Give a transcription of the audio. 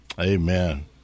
Amen